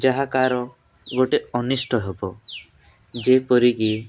ଯାହାକାର ଗୋଟେ ଅନିଷ୍ଟ ହେବ ଯେପରି କି